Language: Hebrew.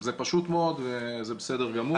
זה פשוט מאוד וזה בסדר גמור.